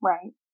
Right